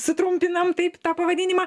sutrumpinam taip tą pavadinimą